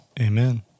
Amen